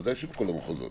ודאי שכל המחוזות.